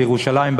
בירושלים,